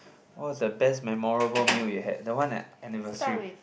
what was the best memorable meal you had that one at anniversary